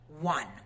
One